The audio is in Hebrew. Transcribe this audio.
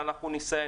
אנחנו נעשה,